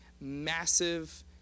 massive